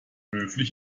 höflich